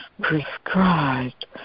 prescribed